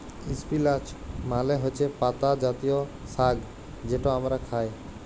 ইস্পিলাচ মালে হছে পাতা জাতীয় সাগ্ যেট আমরা খাই